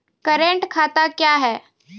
Current खाता क्या हैं?